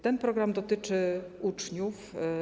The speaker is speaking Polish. Ten program dotyczy uczniów.